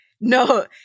no